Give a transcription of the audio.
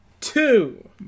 two